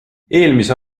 eelmise